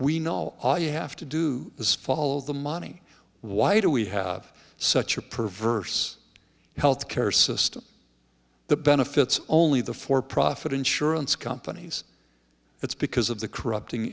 we know all you have to do is follow the money why do we have such a perverse health care system the benefits only the for profit insurance companies it's because of the corrupting